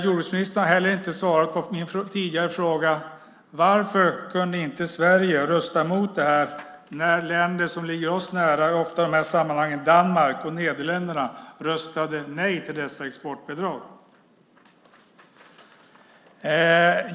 Jordbruksministern har inte heller svarat på min tidigare fråga om varför Sverige inte kunde rösta emot detta när länder som ofta ligger oss nära i dessa sammanhang, Danmark och Nederländerna, röstade nej till dessa exportbidrag.